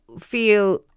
feel